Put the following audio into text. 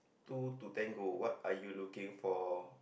two to ten go what are you looking for